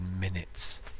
minutes